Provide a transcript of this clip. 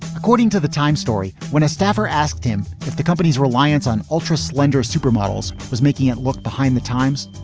according to the times story, when a staffer asked him if the company's reliance on ultra slender supermodels was making it look behind the times,